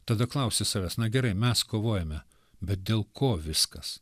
tada klausi savęs na gerai mes kovojame bet dėl ko viskas